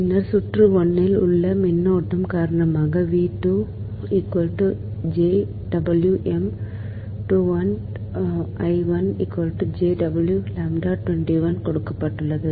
பின்னர் சுற்று 1 இல் உள்ள மின்னோட்டம் காரணமாக கொடுக்கப்படுகிறது